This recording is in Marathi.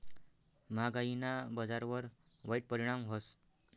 म्हागायीना बजारवर वाईट परिणाम व्हस